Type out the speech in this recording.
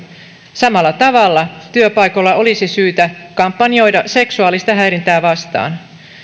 samalla tavalla työpaikoilla olisi syytä kampanjoida seksuaalista häirintää vastaan